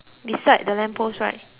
post right